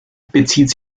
bezieht